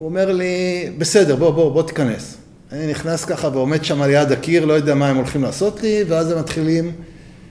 הוא אומר לי, בסדר בוא בוא בוא תיכנס. אני נכנס ככה ועומד שם על יד הקיר, לא יודע מה הם הולכים לעשות לי ואז הם מתחילים...